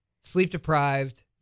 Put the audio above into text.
sleep-deprived